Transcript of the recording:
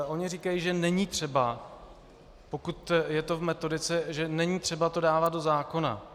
Oni říkají, že není třeba, pokud je to v metodice, není třeba to dávat do zákona.